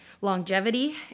longevity